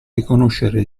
riconoscere